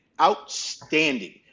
outstanding